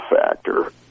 factor